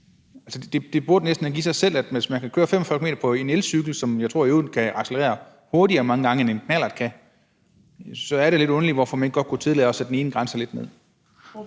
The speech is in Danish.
Det burde næsten give sig selv, at hvis man kører 45 km/t. på en elcykel, som jeg i øvrigt tror mange gange kan accelerere hurtigere, end en knallert kan, så er det lidt underligt, hvorfor man ikke godt kunne sætte den ene aldersgrænse lidt ned.